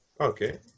Okay